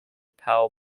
power